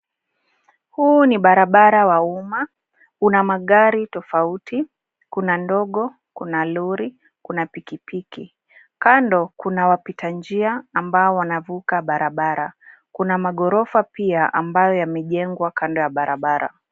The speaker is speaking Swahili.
Huu ni barabara wa umma. Una magari tofauti. Kuna ndogo, kuna lori, kuna pikipiki. Kando kuna wapitanjia ambao wanavuka barabara. Kuna maghorofa pia ambayo yamejengwa kando ya barabara.